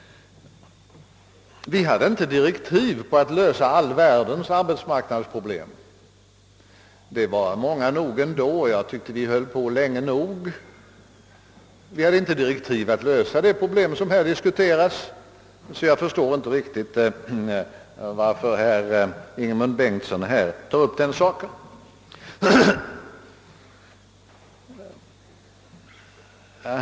Vi hade inte direktiv att lösa all världens = arbetsmarknadsproblem — frågorna var tillräckligt många ändå och jag tyckte att vi höll på länge nog. Vi hade inte heller direktiv att lösa det problem som här diskuteras, och därför kan jag inte riktigt förstå varför herr Ingemund Bengtsson tog upp den saken.